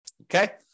Okay